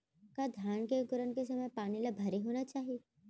का धान के अंकुरण के समय पानी ल भरे होना चाही?